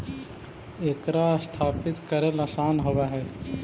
एकरा स्थापित करल आसान होब हई